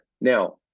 Now